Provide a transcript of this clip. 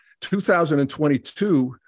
2022